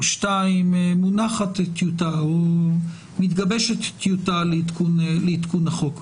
מונחת טיוטה או מתגבשת טיוטה לעדכון החוק.